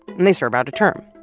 and they serve out a term